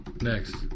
Next